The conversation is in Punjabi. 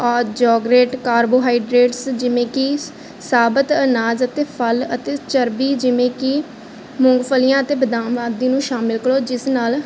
ਆ ਯੋਗਰਟ ਕਾਰਬੋਹਾਈਡਰੇਟਸ ਜਿਵੇਂ ਕਿ ਸਾਬਤ ਅਨਾਜ ਅਤੇ ਫਲ ਅਤੇ ਚਰਬੀ ਜਿਵੇਂ ਕਿ ਮੂੰਗਫਲੀਆਂ ਅਤੇ ਬਦਾਮ ਆਦਿ ਨੂੰ ਸ਼ਾਮਿਲ ਕਰੋ ਜਿਸ ਨਾਲ